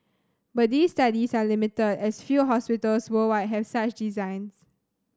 but these studies are limited as few hospitals worldwide have such designs